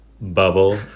bubble